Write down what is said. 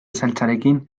saltsarekin